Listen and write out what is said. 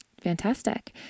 Fantastic